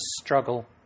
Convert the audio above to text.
struggle